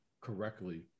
correctly